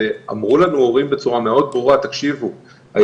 ואמרו לנו הורים בצורה מאוד ברורה: הילדים